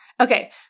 Okay